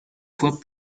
fois